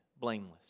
blameless